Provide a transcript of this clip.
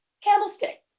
Candlestick